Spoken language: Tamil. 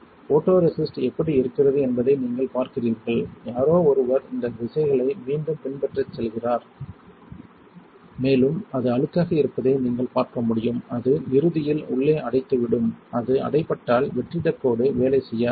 ஃபோட்டோரெசிஸ்ட் எப்படி இருக்கிறது என்பதை நீங்கள் பார்க்கிறீர்கள் யாரோ ஒருவர் இந்த திசைகளை மீண்டும் பின்பற்றச் செல்கிறார் மேலும் அது அழுக்காக இருப்பதை நீங்கள் பார்க்க முடியும் அது இறுதியில் உள்ளே அடைத்துவிடும் அது அடைபட்டால் வெற்றிடக் கோடு வேலை செய்யாது